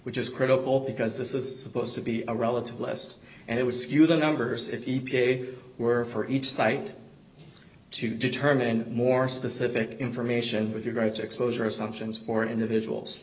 which is critical because this is supposed to be a relative list and it was skew the numbers if they were for each site to determine more specific information with your greater exposure assumptions for individuals